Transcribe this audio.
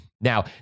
Now